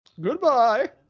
goodbye